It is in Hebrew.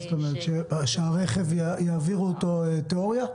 שהרכב יעבור תיאוריה?